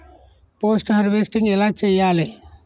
Post harvesting ఎలా చెయ్యాలే?